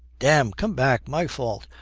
damn. come back. my fault.